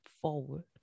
forward